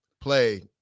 play